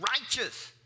righteous